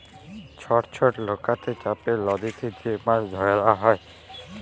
ছট ছট লকাতে চাপে লদীতে যে মাছ ধরা হ্যয়